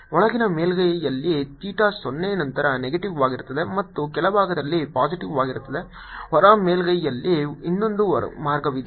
ಒಳಗಿನ ಮೇಲ್ಮೈಯಲ್ಲಿ ಥೀಟಾ 0 ನಂತರ ನೆಗೆಟಿವ್ವಾಗಿರುತ್ತದೆ ಮತ್ತು ಕೆಳಭಾಗದಲ್ಲಿ ಪಾಸಿಟಿವ್ವಾಗಿರುತ್ತದೆ ಹೊರ ಮೇಲ್ಮೈಯಲ್ಲಿ ಇನ್ನೊಂದು ಮಾರ್ಗವಾಗಿದೆ